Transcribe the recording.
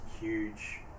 huge